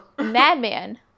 madman